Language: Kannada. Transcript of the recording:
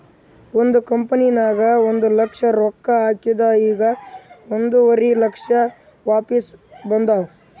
ಒಂದ್ ಕಂಪನಿನಾಗ್ ಒಂದ್ ಲಕ್ಷ ರೊಕ್ಕಾ ಹಾಕಿದ್ ಈಗ್ ಒಂದುವರಿ ಲಕ್ಷ ವಾಪಿಸ್ ಬಂದಾವ್